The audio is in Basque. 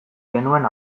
genuen